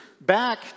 back